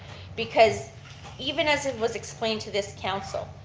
because even as it was explained to this council,